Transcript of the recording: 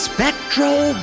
Spectral